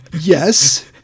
Yes